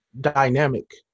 dynamic